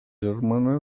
germana